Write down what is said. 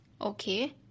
Okay